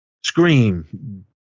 scream